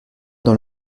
dans